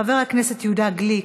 חבר הכנסת יהודה גליק,